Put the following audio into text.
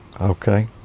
Okay